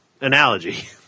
analogy